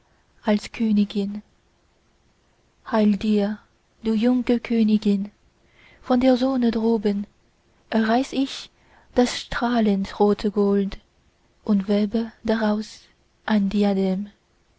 als königin heil dir du junge königin von der sonne droben reiß ich das strahlend rote gold und webe draus